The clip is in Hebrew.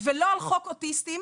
ולא על חוק אוטיסטים,